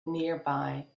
nearby